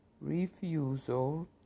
refusal